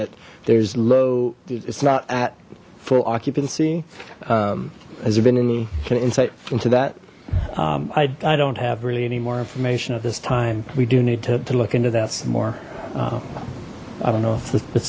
that there's low it's not at full occupancy has there been any insight into that i don't have really any more information at this time we do need to look into that some more i don't know if the